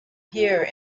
here